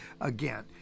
again